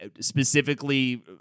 specifically